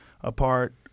apart